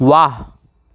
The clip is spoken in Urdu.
واہ